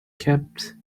kept